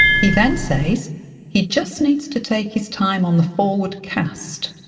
he then says he just needs to take his time on the forward cast.